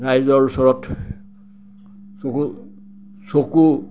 ৰাইজৰ ওচৰত চকু চকু